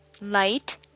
Light